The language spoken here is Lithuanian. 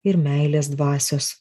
ir meilės dvasios